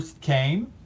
came